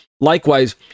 likewise